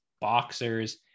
boxers